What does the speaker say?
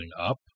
up